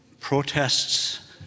protests